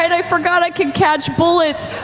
i forgot i could catch bullets.